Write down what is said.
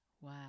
Wow